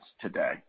today